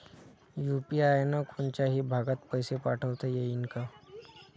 UPI न कोनच्याही भागात पैसे पाठवता येईन का?